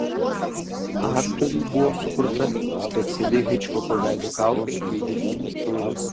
aktoriui buvo sukurta speciali hičkoko veido kaukė bei dirbtinis pilvas